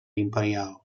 imperial